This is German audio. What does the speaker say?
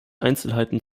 einzelheiten